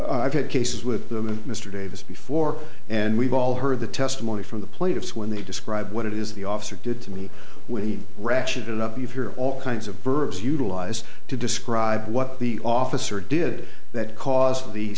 and i've had cases with them and mr davis before and we've all heard the testimony from the plaintiffs when they describe what it is the officer did to me when he ratcheted up if you're all kinds of verbs utilized to describe what the officer did that cause of the